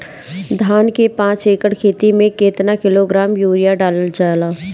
धान के पाँच एकड़ खेती में केतना किलोग्राम यूरिया डालल जाला?